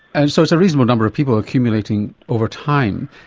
and so it's a reasonable number of people accumulating over time,